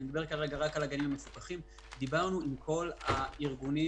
דיברנו עם רוב הארגונים